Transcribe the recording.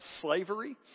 slavery